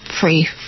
free